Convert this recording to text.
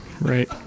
right